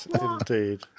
indeed